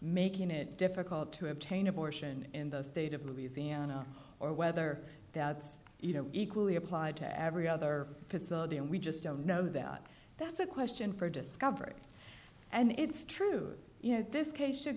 making it difficult to obtain abortion in the state of louisiana or whether it's you know equally applied to every other facility and we just don't know that that's a question for discovery and it's true you know this case should